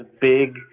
big